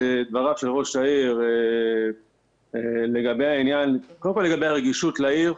דבריו של ראש העיר קודם כל לגבי הרגישות לעיר.